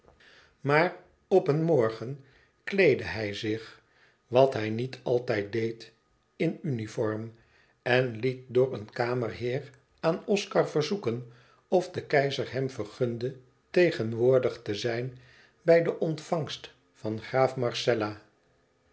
maar op een morgen kleedde hij zich wat hij niet altijd deed in uniform en liet door een kamerheer aan oscar verzoeken of de keizer hem vergunde tegenwoordig te zijn bij de ontvangst van graaf marcella